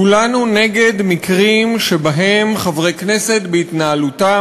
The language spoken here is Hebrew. כולנו נגד מקרים שבהם חברי כנסת בהתנהלותם